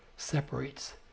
separates